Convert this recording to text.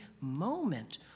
moment